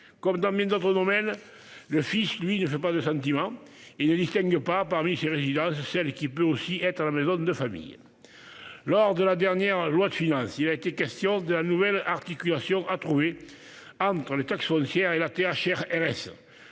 Comme dans bien d'autres domaines, le fisc, lui, ne fait pas de sentiment, et il ne distingue pas, parmi ces résidences, celle qui peut aussi être la maison de famille. Lors de l'examen de la dernière loi de finances, il a été question de la nouvelle articulation à trouver entre la taxe foncière et la THRS,